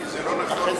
כי זה לא נכון,